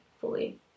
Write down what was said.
fully